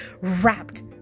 wrapped